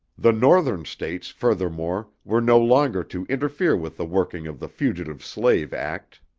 the northern states, furthermore, were no longer to interfere with the working of the fugitive slave act.